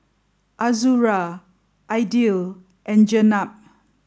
Azura Aidil and Jenab